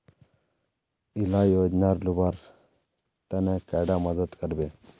इला योजनार लुबार तने कैडा मदद करबे?